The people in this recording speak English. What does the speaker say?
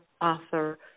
author